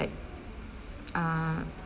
like uh